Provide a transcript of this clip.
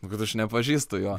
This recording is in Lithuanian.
nu kad aš nepažįstu jo